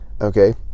okay